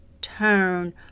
turn